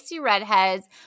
redheads